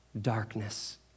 Darkness